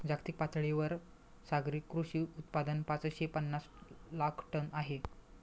जागतिक पातळीवर सागरी कृषी उत्पादन पाचशे पनास लाख टन आहे